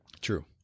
true